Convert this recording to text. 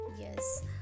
yes